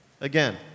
Again